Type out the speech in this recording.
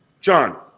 John